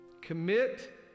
Commit